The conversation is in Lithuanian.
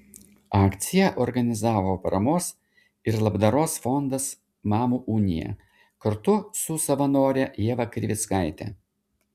akciją organizavo paramos ir labdaros fondas mamų unija kartu su savanore ieva krivickaite